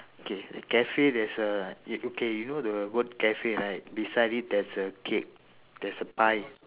okay the cafe there's a eh okay you know the word cafe right beside it there's a cake there's a pie